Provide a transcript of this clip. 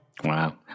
wow